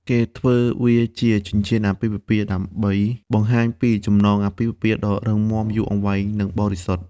គេធ្វើវាជា ចិញ្ចៀនអាពាហ៍ពិពាហ៍ដើម្បី បង្ហាញពីចំណងអាពាហ៍ពិពាហ៍ដ៏រឹងមាំ យូរអង្វែង និងបរិសុទ្ធ។